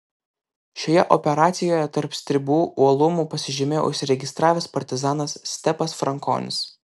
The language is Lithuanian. šioje operacijoje tarp stribų uolumu pasižymėjo užsiregistravęs partizanas stepas frankonis